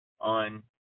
on